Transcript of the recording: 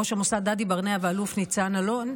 ראש המוסד דדי ברנע והאלוף ניצן אלון,